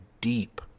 deep